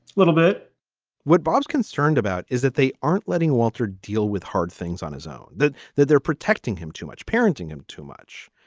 a little bit what bob's concerned about is that they aren't letting walter deal with hard things on his own that that they're protecting him too much parenting him too much.